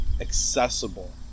accessible